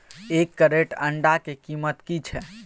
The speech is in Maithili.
एक क्रेट अंडा के कीमत की छै?